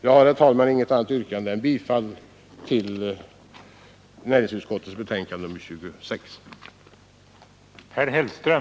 Jag har, herr talman, inget annat yrkande än bifall till näringsutskottets hemställan i betänkande nr 26.